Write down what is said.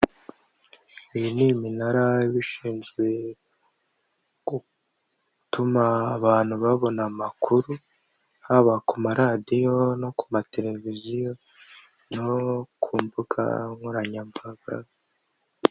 Iyi ni iminara iba ishinzwe gutuma abantu babona amakuru, haba ku maradiyo no ku mateleviziyo, no ku mbuga nkoranyambaga.